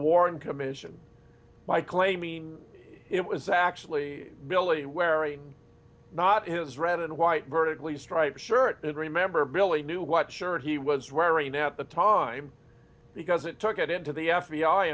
warren commission by claiming it was actually military wearing not his red and white vertically striped shirt and remember billy knew what shirt he was wearing at the time because it took it into the f